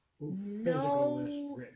no